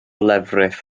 lefrith